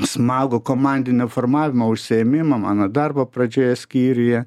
smagų komandinio formavimo užsiėmimą mano darbo pradžioje skyriuje